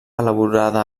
elaborada